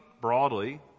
broadly